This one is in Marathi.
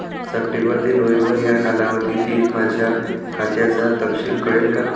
सप्टेंबर ते नोव्हेंबर या कालावधीतील माझ्या खात्याचा तपशील कळेल का?